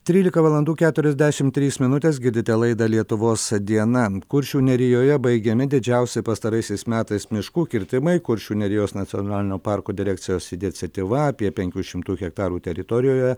trylika valandų keturiasdešim trys minutės girdite laida lietuvos diena kuršių nerijoje baigiami didžiausi pastaraisiais metais miškų kirtimai kuršių nerijos nacionalinio parko direkcijos iniciatyva apie penkių šimtų hektarų teritorijoje